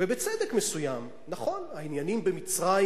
ובצדק מסוים: נכון, העניינים במצרים